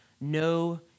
no